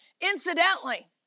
Incidentally